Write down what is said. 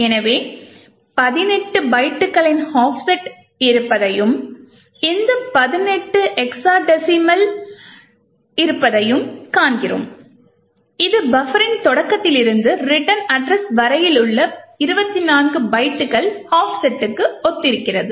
எனவே 18 பைட்டுகளின் ஆஃப்செட் இருப்பதையும் இந்த 18 ஹெக்ஸாடெசிமலில் இருப்பதையும் காண்கிறோம் இது பஃபரின் தொடக்கத்திலிருந்து ரிட்டர்ன் அட்ரஸ் வரையிலுள்ள 24 பைட்டுகள் ஆஃப்செட்டுக்கு ஒத்திருக்கிறது